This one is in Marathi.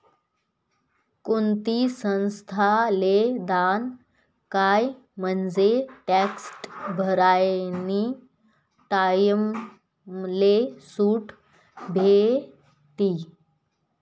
कोणती संस्थाले दान कयं म्हंजे टॅक्स भरानी टाईमले सुट भेटी